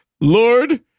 Lord